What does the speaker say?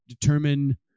determine